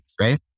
right